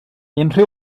unrhyw